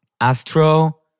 Astro